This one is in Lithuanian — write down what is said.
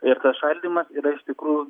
ir tas šaldymas yra iš tikrųjų